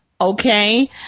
okay